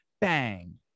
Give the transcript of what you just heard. Bang